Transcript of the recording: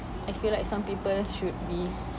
I feel like some people should be